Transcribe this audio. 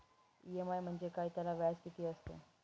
EMI म्हणजे काय? त्याला व्याज किती असतो?